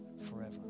forever